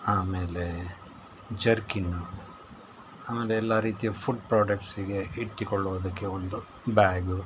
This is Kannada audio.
ಆಮೇಲೆ ಜರ್ಕಿನ್ನು ಆಮೇಲೆ ಎಲ್ಲ ರೀತಿಯ ಫುಡ್ ಪ್ರಾಡಕ್ಟ್ಸ್ಗೆ ಇಟ್ಟುಕೊಳ್ಳುವುದಕ್ಕೆ ಒಂದು ಬ್ಯಾಗು